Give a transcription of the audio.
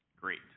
great